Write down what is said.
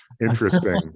Interesting